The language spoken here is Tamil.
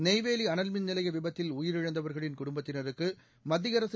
நெய்வேலி அனல்மின் நிலைய விபத்தில் உயிரிழந்தவர்களின் குடும்பத்தினருக்கு மத்திய அரசு